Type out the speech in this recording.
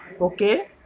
Okay